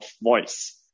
voice